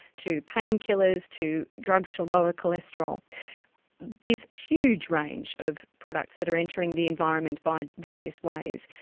to painkillers, to drugs to lower cholesterol this huge range of products that are entering the environment by various ways,